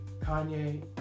Kanye